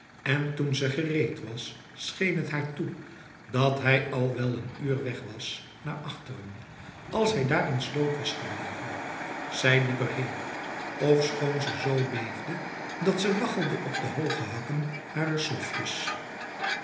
en toen ze gereed was scheen het haar toe dat hij al wel een uur weg was naar achteren als hij daar eens dood was gebleven zij liep erheen ofschoon ze zo beefde dat ze waggelde op de hoge hakken harer slofjes